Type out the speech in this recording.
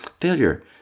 failure